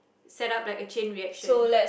set up like a chain reaction